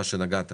נגיע גם